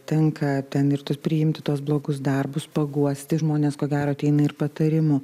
tenka ten ir tuos priimti tuos blogus darbus paguosti žmonės ko gero ateina ir patarimų